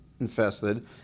infested